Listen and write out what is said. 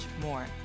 more